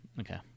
okay